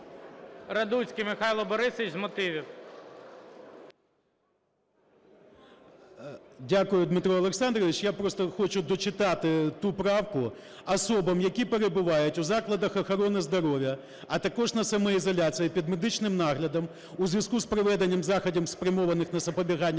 Радуцький Михайло Борисович з мотивів. 14:42:51 РАДУЦЬКИЙ М.Б. Дякую, Дмитро Олександрович. Я просто хочу дочитати ту правку: "Особам, які перебувають у закладах охорони здоров'я, а також на самоізоляції під медичним наглядом, у зв'язку з проведенням заходів, спрямованих на запобігання